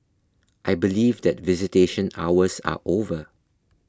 I believe that visitation hours are over